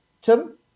Tim